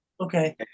okay